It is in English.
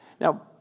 Now